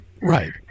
Right